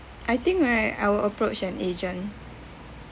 I think right I will approach an agent